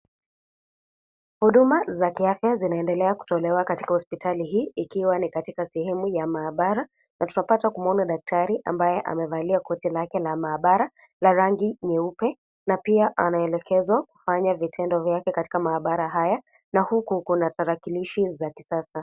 Huduma za kiafya zinaendelea kutolewa katika hospitali hii, ikiwa ni katika sehemu ya maabara na tunapata kumwona daktari ambaye amevalia koti lake la maabara la rangi nyeupe na pia anaelegeza kufanya vitendo vyake katika maabara haya na huko kuna tarakilishi za kisasa.